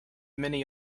many